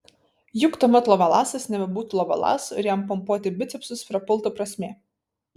juk tuomet lovelasas nebebūtų lovelasu ir jam pompuoti bicepsus prapultų prasmė